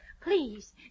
Please